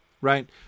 right